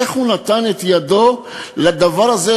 איך הוא נתן את ידו לדבר הזה,